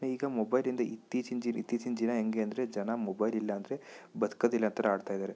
ಈಗ ಮೊಬೈಲಿಂದ ಇತ್ತೀಚಿನ ಜಿ ಇತ್ತೀಚಿನ ಜೀನಾ ಹೆಂಗೆ ಅಂದರೆ ಜನ ಮೊಬೈಲ್ ಇಲ್ಲಾಂದ್ರೆ ಬದ್ಕೋದಿಲ್ಲ ಆ ಥರ ಆಡ್ತಾಯಿದ್ದಾರೆ